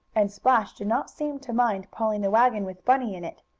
and splash did not seem to mind pulling the wagon with bunny in it.